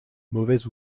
mauvaise